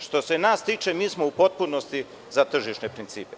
Što se nas tiče, mi smo u potpunosti za tržišne principe.